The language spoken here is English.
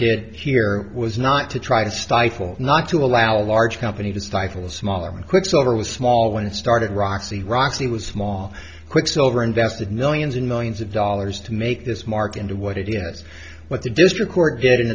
did here was not to try to stifle not to allow a large company to stifle smaller quicksilver was small when it started roxy roxy was small quicksilver invested millions and millions of dollars to make this mark into what it is what the district court did